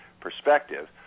perspective